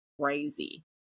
crazy